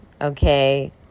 okay